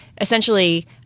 essentially